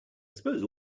suppose